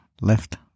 left